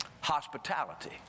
Hospitality